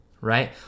right